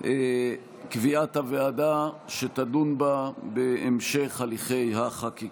קביעת הוועדה שתדון בה בהמשך הליכי החקיקה.